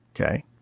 Okay